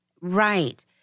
Right